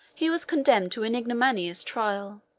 he was condemned to an ignominious trial,